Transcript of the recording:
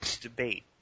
debate